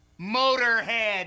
Motorhead